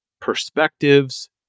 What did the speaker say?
perspectives